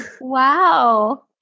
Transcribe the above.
Wow